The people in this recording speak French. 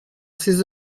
ces